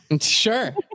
sure